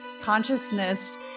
consciousness